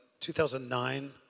2009